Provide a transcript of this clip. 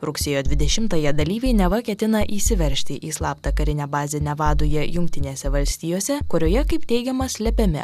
rugsėjo dvidešimąją dalyviai neva ketina įsiveržti į slaptą karinę bazę nevadoje jungtinėse valstijose kurioje kaip teigiama slepiami